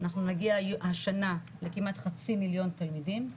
אנחנו נגיע השנה לכמעט חצי מיליון תלמידים,